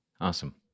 Awesome